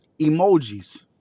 Emojis